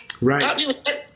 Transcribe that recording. Right